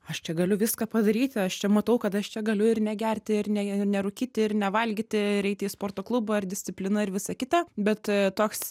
aš čia galiu viską padaryti aš čia matau kad aš čia galiu ir negerti ir ne nerūkyti ir nevalgyti ir eiti į sporto klubą ir disciplina ir visa kita bet toks